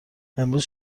امروز